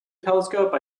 telescope